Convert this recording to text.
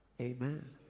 Amen